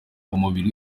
umubiri